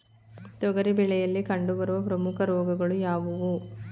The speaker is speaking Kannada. ತೊಗರಿ ಬೆಳೆಯಲ್ಲಿ ಕಂಡುಬರುವ ಪ್ರಮುಖ ರೋಗಗಳು ಯಾವುವು?